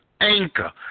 Anchor